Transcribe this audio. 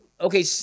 Okay